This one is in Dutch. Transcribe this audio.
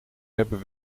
hebben